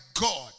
God